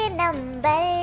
number